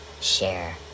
share